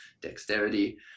dexterity